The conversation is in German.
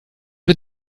mit